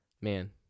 man